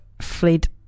fled